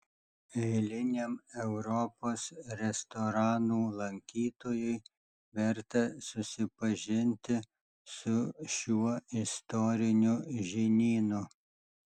eiliniam europos restoranų lankytojui verta susipažinti su šiuo istoriniu žinynu